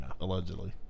allegedly